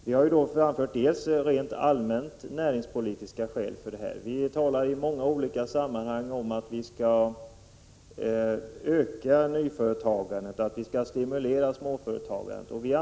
Vi har rent allmänt 67 framfört näringspolitiska skäl för det. I många olika sammanhang talas det om att öka nyföretagandet och stimulera småföretagandet.